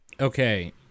Okay